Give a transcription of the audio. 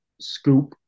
scoop